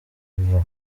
yvan